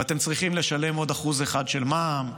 ואתם צריכים לשלם עוד 1% של מע"מ,